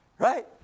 Right